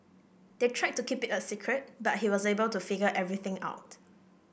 they tried to keep it a secret but he was able to figure everything out